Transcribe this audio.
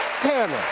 Tanner